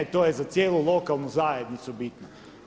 To je za cijelu lokalnu zajednicu bitno.